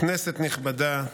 כנסת נכבדה,